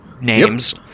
names